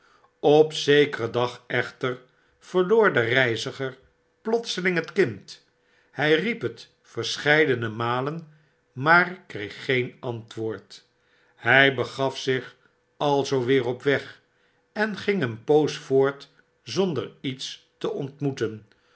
op zekeren dag echter verloor de reiziger plotseling het kind hy riep het verscheidene malen maar kreeg geen antwoord hy begaf zich alzoo weer op weg en ging een poos voort zonder iets te ontmoeten